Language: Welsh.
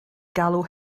galw